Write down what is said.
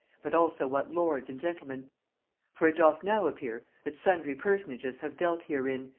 but also what lords and gentlemen for it doth now appear that sundry personages have dealt herein,